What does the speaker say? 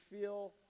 feel